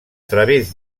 través